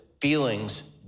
feelings